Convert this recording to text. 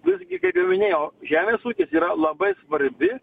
visgi kaip jau minėjau žemės ūkis yra labai svarbi